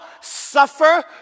suffer